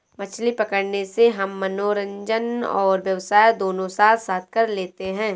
मछली पकड़ने से हम मनोरंजन और व्यवसाय दोनों साथ साथ कर लेते हैं